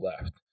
left